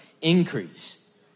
increase